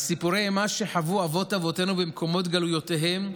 על סיפורי אימה שחוו אבות-אבותינו במקומות גלויותיהם,